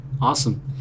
Awesome